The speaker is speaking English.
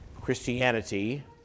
Christianity